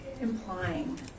implying